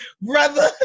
brother